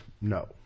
no